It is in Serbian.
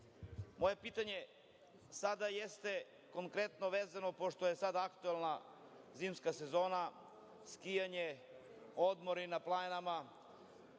pitanje sada jeste konkretno vezano, pošto je sad aktuelna zimska sezona, skijanje, odmori na planinama,